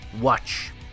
Watch